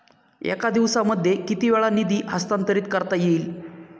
एका दिवसामध्ये किती वेळा निधी हस्तांतरीत करता येईल?